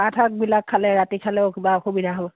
পাতশাকবিলাক খালে ৰাতি খালেও কিবা অসুবিধা হ'ব